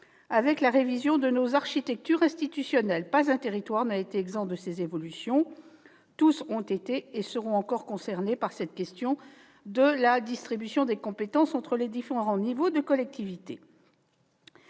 avec la révision de nos architectures institutionnelles. Pas un territoire n'a été exempt de ces évolutions. Tous ont été et sont encore concernés par cette question de la distribution des compétences entre les différents niveaux de collectivités.